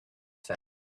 said